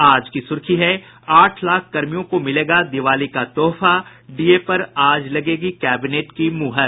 आज की सुर्खी है आठ लाख कर्मियों को मिलेगा दिवाली का तोहफा डीए पर आज लगेगी कैबिनेट की मुहर